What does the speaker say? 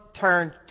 turn